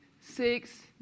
six